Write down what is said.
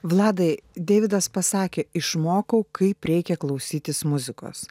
vladai deividas pasakė išmokau kaip reikia klausytis muzikos